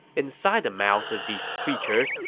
inside the mouths of these creatures,